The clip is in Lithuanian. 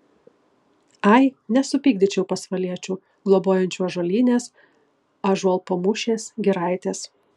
ai nesupykdyčiau pasvaliečių globojančių ąžuolynės ąžuolpamūšės giraitės